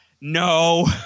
no